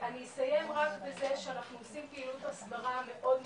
אני אסיים רק בזה שאנחנו עושים פעילות הסברה מאוד נרחבת,